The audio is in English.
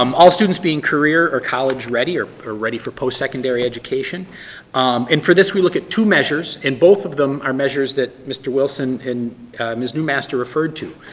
um all students being career or college ready or or ready for post secondary education and for this we look at two measures and both of them are measures that mr. wilson and ms. newmaster referred to.